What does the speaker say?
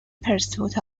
pursuit